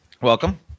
Welcome